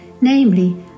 Namely